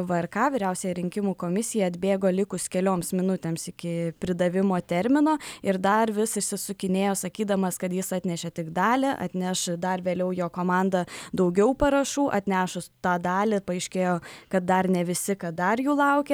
vrk vyriausiąją rinkimų komisiją atbėgo likus kelioms minutėms iki pridavimo termino ir dar vis išsisukinėjo sakydamas kad jis atnešė tik dalį atneš dar vėliau jo komanda daugiau parašų atnešus tą dalį paaiškėjo kad dar ne visi kad dar jų laukia